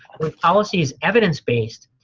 when policy is evidence based,